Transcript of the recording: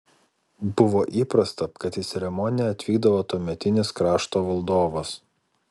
buvo įprasta kad į ceremoniją atvykdavo tuometinis krašto valdovas